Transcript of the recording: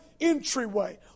entryway